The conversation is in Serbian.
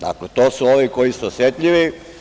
Dakle, to su ovi koji su osetljivi.